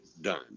done